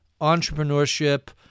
entrepreneurship